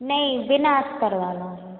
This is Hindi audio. नहीं बिना अस्तर वाला